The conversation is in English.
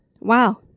Wow